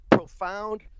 Profound